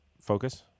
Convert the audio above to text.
focus